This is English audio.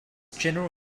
general